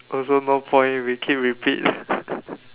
also no point we keep repeat